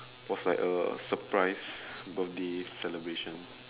was like a surprise birthday celebration